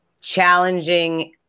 challenging